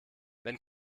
wenn